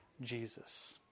jesus